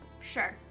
sure